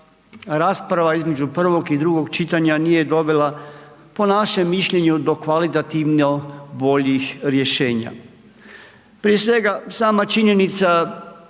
rasprava između 1. i 2. čitanja nije dovela po našem mišljenju do kvalitativno boljih rješenja. Prije svega, sama činjenica